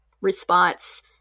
response